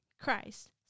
Christ